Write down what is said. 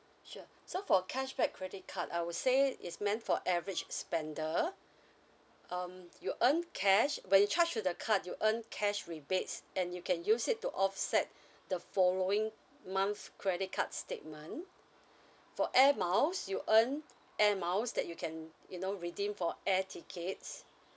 sure so for cashback credit card I would say it's meant for average spender um you earn cash but it charge to the card you earn cash rebates and you can use it to offset the following month's credit card statement for air miles you earn air miles that you can you know redeem for air tickets